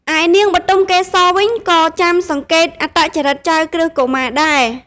ឯនាងបុទមកេសរវិញក៏ចាំសង្កេតអត្តចរិតចៅក្រឹស្នកុមារដែរ។